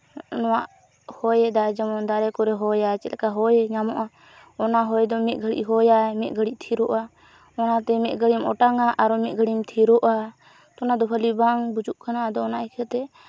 ᱱᱚᱣᱟ ᱦᱚᱭ ᱫᱟᱭ ᱡᱮᱢᱚᱱ ᱫᱟᱨᱮ ᱵᱩᱴᱟᱹ ᱠᱚᱨᱮ ᱦᱚᱭᱟᱭ ᱪᱮᱫᱠᱟ ᱦᱚᱭ ᱧᱟᱢᱚᱜᱼᱟ ᱚᱱᱟ ᱦᱚᱭ ᱫᱚ ᱢᱤᱫ ᱜᱷᱟᱹᱲᱤᱡ ᱦᱚᱭᱟᱭ ᱢᱤᱫ ᱜᱷᱟᱹᱲᱤᱡ ᱛᱷᱤᱨᱚᱜᱼᱟ ᱚᱱᱟᱛᱮ ᱢᱤᱫ ᱜᱷᱟᱹᱲᱤᱡ ᱮᱢ ᱚᱴᱟᱝᱼᱟ ᱟᱨᱚ ᱢᱤᱫ ᱜᱷᱟᱹᱲᱤᱡ ᱮᱢ ᱛᱷᱤᱨᱚᱜᱼᱟ ᱚᱱᱟᱫᱚ ᱵᱷᱟᱹᱜᱤ ᱵᱟᱝ ᱵᱩᱡᱩᱜ ᱠᱟᱱᱟ ᱟᱫᱚ ᱚᱱᱟ ᱟᱹᱭᱠᱷᱟᱹ ᱛᱮ